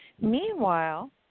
Meanwhile